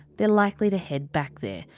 they're likely to head back there.